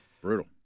Brutal